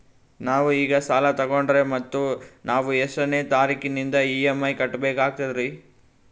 ನಾವು ಈಗ ಸಾಲ ತೊಗೊಂಡ್ರ ಮತ್ತ ನಾವು ಎಷ್ಟನೆ ತಾರೀಖಿಲಿಂದ ಇ.ಎಂ.ಐ ಕಟ್ಬಕಾಗ್ತದ್ರೀ?